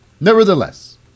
Nevertheless